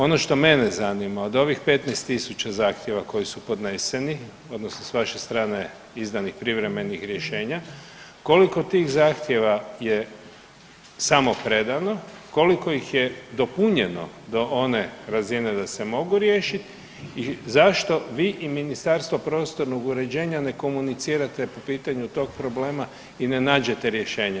Ono što mene zanima od ovih 15.000 zahtjeva koji su podneseni odnosno s vaše strane izdanih privremenih rješenja, koliko tih zahtjeva je samo predano, koliko ih je dopunjeno do one razine da se mogu riješiti i zašto vi i Ministarstvo prostornog uređenja ne komunicirate po pitanju tog problema i ne nađete rješenje.